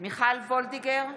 מיכל וולדיגר,